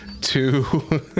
two